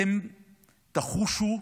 אתם תחושו,